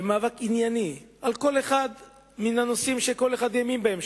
עם מאבק ענייני על כל אחד מהנושאים שכל אחד האמין בהם,